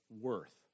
worth